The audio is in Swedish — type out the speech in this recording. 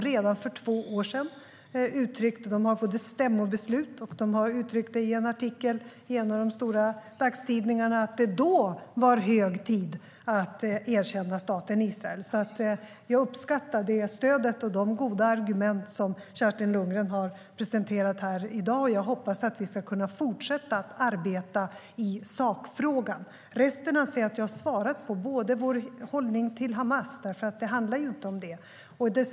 Redan för två år sedan uttryckte de både genom stämmobeslut och i en artikel i en av de stora dagstidningarna att det då var hög tid att erkänna staten Israel. Jag uppskattar det stöd och de goda argument som Kerstin Lundgren har presenterat här i dag. Jag hoppas att vi ska kunna fortsätta arbeta i sakfrågan. Resten anser jag att jag har svarat på. Det gäller vår hållning i fråga om Hamas eftersom det här inte handlar om det.